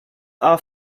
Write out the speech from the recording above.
are